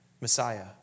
Messiah